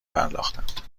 پرداختند